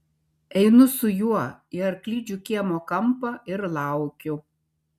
einu su juo į arklidžių kiemo kampą ir laukiu